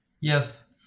Yes